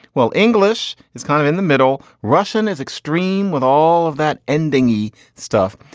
well, english is kind of in the middle. russian is extreme with all of that ending easy stuff.